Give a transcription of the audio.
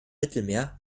mittelmeer